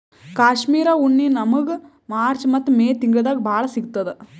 ಕಾಶ್ಮೀರ್ ಉಣ್ಣಿ ನಮ್ಮಗ್ ಮಾರ್ಚ್ ಮತ್ತ್ ಮೇ ತಿಂಗಳ್ದಾಗ್ ಭಾಳ್ ಸಿಗತ್ತದ್